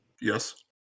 Yes